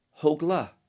hogla